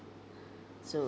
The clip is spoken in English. so